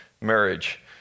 marriage